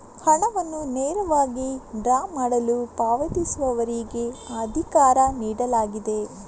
ಹಣವನ್ನು ನೇರವಾಗಿ ಡ್ರಾ ಮಾಡಲು ಪಾವತಿಸುವವರಿಗೆ ಅಧಿಕಾರ ನೀಡಲಾಗಿದೆ